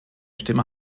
stimme